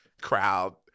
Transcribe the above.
crowd